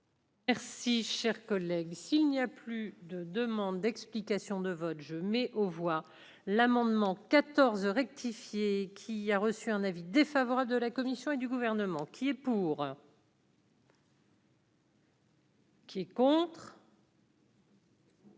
Merci, cher collègue, s'il n'y a plus de demandes d'explications de vote, je mets aux voix l'amendement 14 rectifié, qui a reçu un avis défavorable de la Commission et du gouvernement qui est pour. Qui compte.